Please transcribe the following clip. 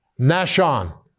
Nashon